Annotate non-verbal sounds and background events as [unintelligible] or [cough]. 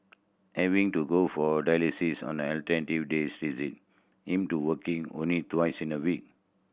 having to go for dialysis on alternate days [unintelligible] him to working only thrice a week